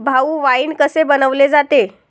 भाऊ, वाइन कसे बनवले जाते?